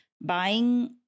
buying